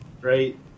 right